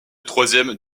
troisième